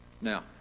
Now